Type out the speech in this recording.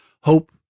hope